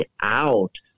out